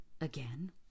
again